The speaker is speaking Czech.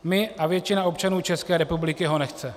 My a většina občanů České republiky ho nechceme.